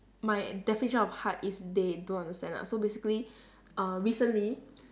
my definition of hard is they don't understand ah so basically uh recently